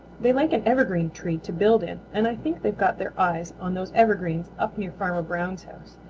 they like an evergreen tree to build in, and i think they've got their eyes on those evergreens up near farmer brown's house.